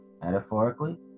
metaphorically